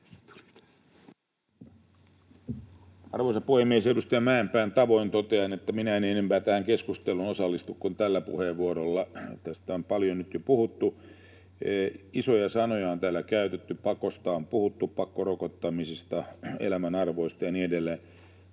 tavoin totean, että en enempää tähän keskusteluun osallistu kuin tällä puheenvuorolla. Tästä on paljon nyt jo puhuttu, isoja sanoja on täällä käytetty, on puhuttu pakosta, pakkorokottamisesta, elämänarvoista ja niin edelleen.